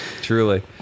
truly